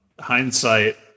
hindsight